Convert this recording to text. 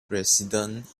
residents